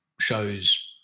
shows